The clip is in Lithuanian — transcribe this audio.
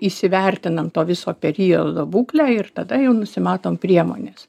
įsivertinam to viso periodo būklę ir tada jau nusimatom priemones